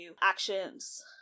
actions